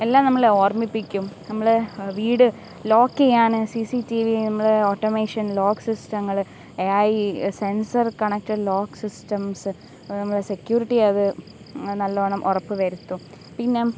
എല്ലാം നമ്മളെ ഓർമ്മിപ്പിക്കും നമ്മൾ വീട് ലോക്ക് ചെയ്യുകയാണ് സി സി റ്റി വി നമ്മൾ ഓട്ടോമേഷൻ ലോക്ക് സിസ്റ്റങ്ങൾ A I sensor connector lock systems നമ്മളെ സെക്യൂരിറ്റി അത് നല്ലോണം ഉറപ്പ് വരുത്തും പിന്നെ